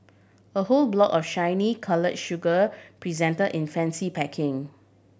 a whole block of shiny colour sugar present in fancy packaging